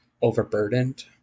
overburdened